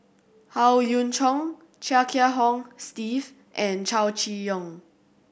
Howe Yoon Chong Chia Kiah Hong Steve and Chow Chee Yong